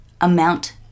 amount